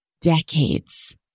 decades